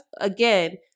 again